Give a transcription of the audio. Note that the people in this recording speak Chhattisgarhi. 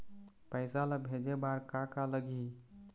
पैसा ला भेजे बार का का लगही?